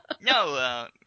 No